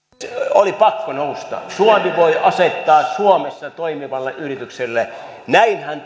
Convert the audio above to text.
oli pakko nousta suomi voi asettaa sen suomessa toimivalle yritykselle näinhän